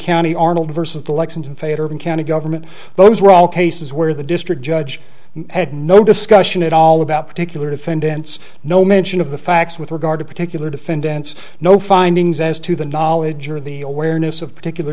county arnold versus the lexington fater county government those were all cases where the district judge had no discussion at all about particular defendants no mention of the facts with regard to particular defendants no findings as to the knowledge or the awareness of particular